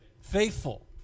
Faithful